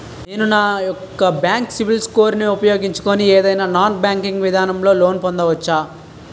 నేను నా యెక్క సిబిల్ స్కోర్ ను ఉపయోగించుకుని ఏదైనా నాన్ బ్యాంకింగ్ విధానం లొ లోన్ పొందవచ్చా?